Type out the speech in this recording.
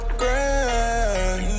grand